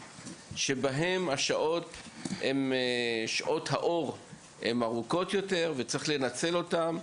שבהם שעות האור ארוכות יותר וצריך לנצל אותן,